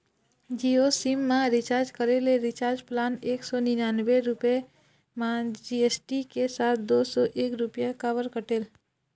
Jio SIM मा recharge करे ले रिचार्ज प्लान एक सौ निन्यानबे रुपए मा जी.एस.टी के साथ दो सौ एक रुपया काबर कटेल?